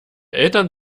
eltern